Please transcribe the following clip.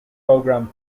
program